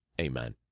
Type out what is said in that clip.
Amen